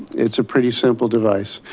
it's a pretty simple device.